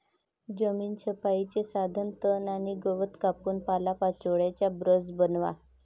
जमीन छपाईचे साधन तण आणि गवत कापून पालापाचोळ्याचा ब्रश बनवा